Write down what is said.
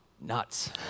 nuts